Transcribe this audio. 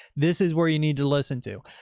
this is where you need to listen to.